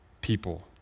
people